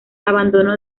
abandono